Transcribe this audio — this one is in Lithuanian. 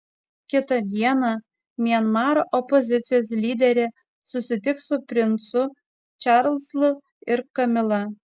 kitą dieną mianmaro opozicijos lyderė susitiks su princu čarlzu ir kamila